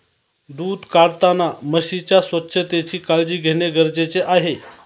दूध काढताना म्हशीच्या स्वच्छतेची काळजी घेणे गरजेचे आहे